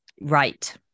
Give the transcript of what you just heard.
Right